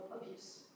abuse